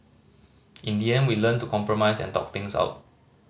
in the end we learnt to compromise and talk things out